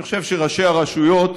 אני חושב שראשי הרשויות,